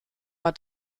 war